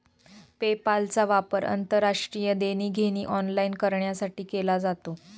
पेपालचा वापर आंतरराष्ट्रीय देणी घेणी ऑनलाइन करण्यासाठी केला जातो